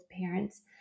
parents